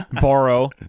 borrow